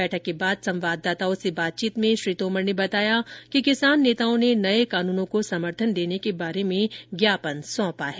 बैठक के बाद संवाददाताओं से बातचीत में श्री तोमर ने बताया किसान नेताओं ने नये कानूनों को समर्थन देने के बारे में ज्ञापन सौंपा है